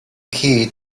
key